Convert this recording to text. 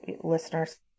listeners